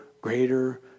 greater